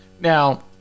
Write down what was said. Now